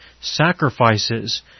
sacrifices